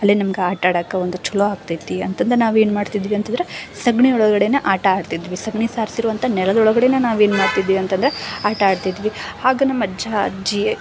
ಅಲ್ಲಿ ನಮ್ಗೆ ಆಟಾಡಕ ಒಂದು ಛಲೋ ಆಗ್ತೈತಿ ಅಂತಂದು ನಾವು ಏನು ಮಾಡ್ತಿದ್ವಿ ಅಂತಂದ್ರೆ ಸಗಣಿ ಒಳಗಡೆನೆ ಆಟ ಆಡ್ತಿದ್ವಿ ಸಗಣಿ ಸಾರ್ಸಿರುವಂಥ ನೆಲದೊಳಗಡೆನೆ ನಾವೇನು ಮಾಡ್ತಿದ್ವಿ ಅಂತಂದ್ರೆ ಆಟ ಆಡ್ತಿದ್ವಿ ಆಗ ನಮ್ಮಜ್ಜ ಅಜ್ಜಿ